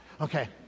Okay